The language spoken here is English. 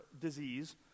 disease